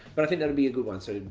but i think that'd be a good one. so,